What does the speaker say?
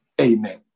Amen